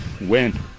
win